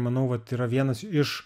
manau vat yra vienas iš